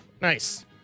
Nice